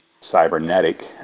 cybernetic